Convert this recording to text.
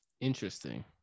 Interesting